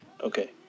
Okay